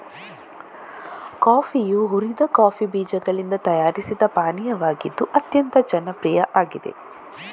ಕಾಫಿಯು ಹುರಿದ ಕಾಫಿ ಬೀಜಗಳಿಂದ ತಯಾರಿಸಿದ ಪಾನೀಯವಾಗಿದ್ದು ಅತ್ಯಂತ ಜನಪ್ರಿಯ ಆಗಿದೆ